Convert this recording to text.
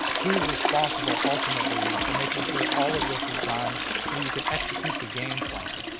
who's responsible ultimately for making sure all of this is done so that you can execute the game plan.